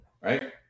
right